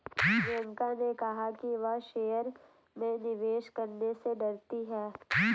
प्रियंका ने कहा कि वह शेयर में निवेश करने से डरती है